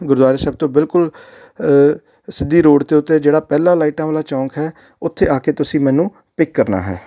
ਗੁਰਦੁਆਰੇ ਸਾਹਿਬ ਤੋਂ ਬਿਲਕੁਲ ਸਿੱਧੀ ਰੋਡ ਦੇ ਉੱਤੇ ਜਿਹੜਾ ਪਹਿਲਾ ਲਾਈਟਾਂ ਵਾਲਾ ਚੌਂਕ ਹੈ ਉੱਥੇ ਆ ਕੇ ਤੁਸੀਂ ਮੈਨੂੰ ਪਿੱਕ ਕਰਨਾ ਹੈ